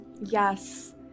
Yes